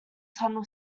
tunnel